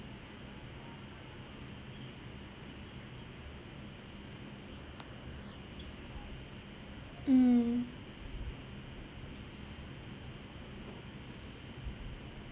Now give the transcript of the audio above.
mm